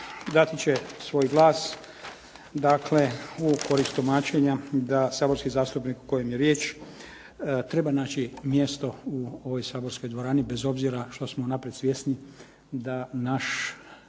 dati će svoj glas dakle u korist tumačenja da saborski zastupnik o kojem je riječ treba naći mjesto u ovoj saborskoj dvorani bez obzira što smo unaprijed svjesni da naš